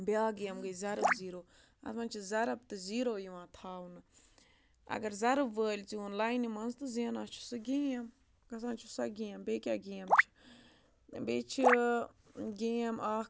بیٛاکھ گیم گٔے زَرٕب زیٖرو اَتھ منٛز چھِ زَرٕب تہٕ زیٖرو یِوان تھاونہٕ اگر زَرٕب وٲلۍ زیوٗن لاینہِ منٛز تہٕ زینان چھِ سُہ گیم گژھان چھِ سۄ گیم بیٚیہِ کیٛاہ گیم چھِ بیٚیہِ چھِ گیم اَکھ